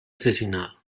asesinado